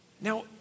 Now